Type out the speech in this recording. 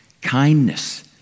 Kindness